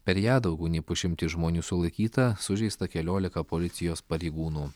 per ją daugiau nei pusšimtis žmonių sulaikyta sužeista keliolika policijos pareigūnų